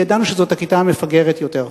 ידענו שזו הכיתה המפגרת יותר.